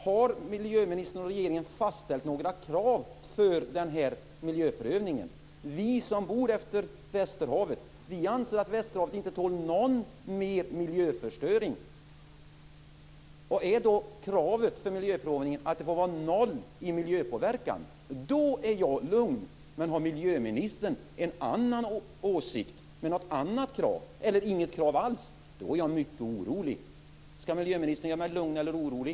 Har miljöministern och regeringen fastställt några krav för miljöprövningen? Vi som bor längs Västerhavet anser att Västerhavet inte tål någon mer miljöförstöring. Är kravet i miljöprövningen att det får vara noll miljöpåverkan, då är jag lugn. Men har miljöministern en annan åsikt med ett annat krav eller inget krav alls, är jag mycket orolig. Skall miljöministern göra mig lugn eller orolig?